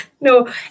No